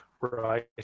right